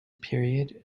period